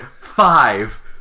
five